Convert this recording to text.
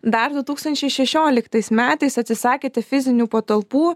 dar du tūkstančiai šešioliktais metais atsisakėte fizinių patalpų